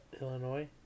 Illinois